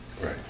right